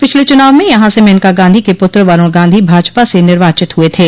पिछले चुनाव में यहां से मेनका गांधी के पुत्र वरूण गांधी भाजपा से निर्वाचित हुये थे